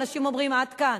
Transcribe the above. אנשים אומרים: עד כאן,